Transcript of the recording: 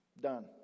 done